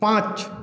পাঁচ